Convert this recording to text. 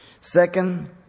Second